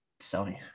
Sony